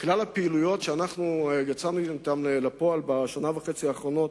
וכל הפעילויות שהוצאנו לפועל בשנה וחצי האחרונה,